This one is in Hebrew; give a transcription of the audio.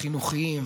החינוכיים,